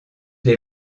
les